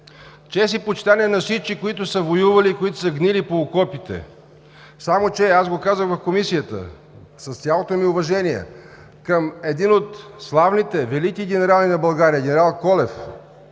Чест и почитание на всички, които са воювали и които са гнили по окопите. Само че, казах го в Комисията, с цялото ми уважение към един от славните, велики генерали на България – ген. Колев,